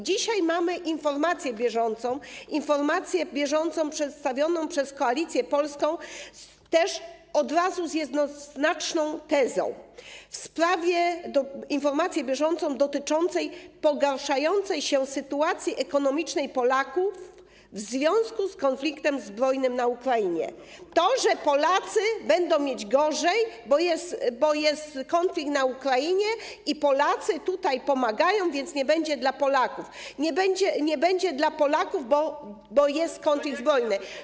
Dzisiaj mamy informację bieżącą, informację bieżącą przedstawioną przez Koalicję Polską, też od razu z jednoznaczną tezą, informację bieżącą dotyczącą pogarszającej się sytuacji ekonomicznej Polaków w związku z konfliktem zbrojnym na Ukrainie, że Polacy będą mieć gorzej, bo jest konflikt na Ukrainie, Polacy tutaj pomagają, więc nie będzie dla Polaków, nie będzie dla Polaków, bo jest konflikt zbrojny.